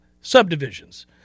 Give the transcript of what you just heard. subdivisions